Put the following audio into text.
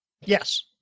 Yes